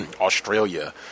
Australia